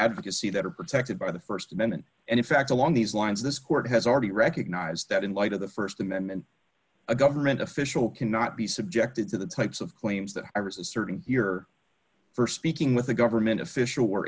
advocacy that are protected by the st amendment and in fact along these lines this court has already recognized that in light of the st amendment a government official cannot be subjected to the types of claims that are asserting your st speaking with a government official or